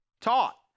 taught